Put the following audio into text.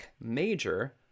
major